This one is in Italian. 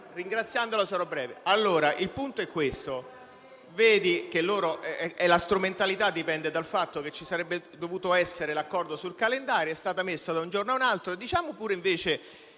Il punto è il seguente. La strumentalità dipende dal fatto che ci sarebbe dovuto essere l'accordo sul calendario; è stato emesso da un giorno all'altro.